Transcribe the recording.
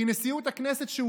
כי נשיאות הכנסת,